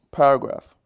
paragraph